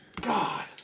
God